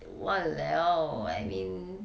!walao! I mean